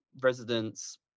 residents